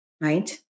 right